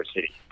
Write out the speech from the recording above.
City